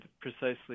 precisely